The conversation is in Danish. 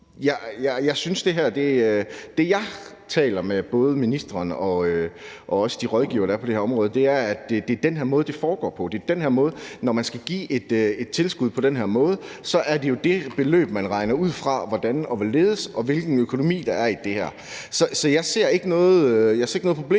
jeg fået i dag fra dig. Det, jeg taler med både ministeren og også de rådgivere, der er på det her område, om, er, at det er den måde, det foregår på. Når man skal give et tilskud på den måde, er det jo det beløb, man regner ud fra, altså hvordan og hvorledes, og hvilken økonomi der er i det her. Så jeg ser ikke noget problem